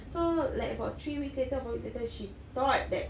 so like about three weeks later or four weeks later she thought that